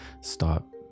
stop